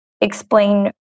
explain